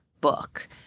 book